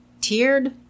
tiered